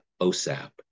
OSAP